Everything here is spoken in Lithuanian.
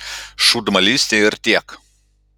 šūdmalystė ir tiek